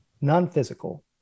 non-physical